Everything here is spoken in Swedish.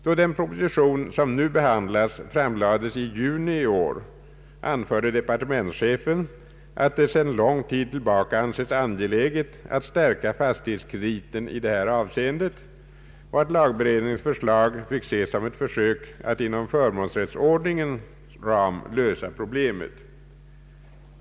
Då den proposition som nu behandlas framlades i juni i år, anförde departementschefen att det sedan lång tid tillbaka ansetts angeläget att stärka fastighetskrediten i detta avseende och att lagberedningens förslag fick ses som ett försök att inom förmånsrättsordningens ram lösa problemet.